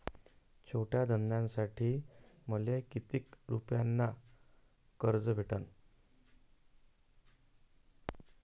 छोट्या धंद्यासाठी मले कितीक रुपयानं कर्ज भेटन?